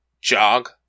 jog